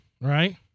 right